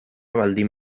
baldin